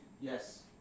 Yes